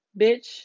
bitch